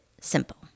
simple